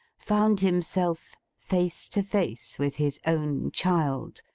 found himself face to face with his own child,